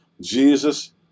Jesus